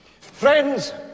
Friends